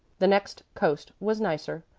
the next coast was nicer.